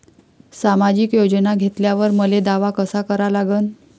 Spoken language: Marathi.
सामाजिक योजना घेतल्यावर मले दावा कसा करा लागन?